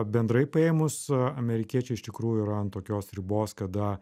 bendrai paėmus amerikiečiai iš tikrųjų yra ant tokios ribos kada